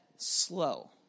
slow